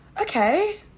okay